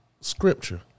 scripture